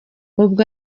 ubwo